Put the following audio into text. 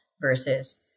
versus